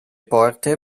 porte